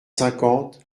cinquante